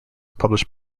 published